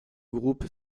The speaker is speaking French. groupe